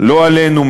לא עלינו,